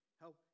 Help